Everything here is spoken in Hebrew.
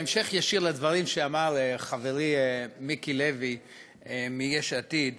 בהמשך ישיר לדברים שאמר חברי מיקי לוי מיש עתיד,